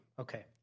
Okay